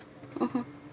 (uh huh)